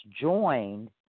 joined